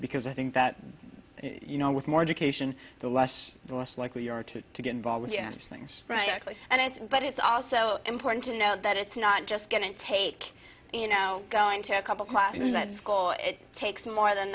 because i think that you know with more education the less the less likely you are to to get involved and things frankly and it's but it's also important to know that it's not just going to take you know going to a couple classes at school it takes more than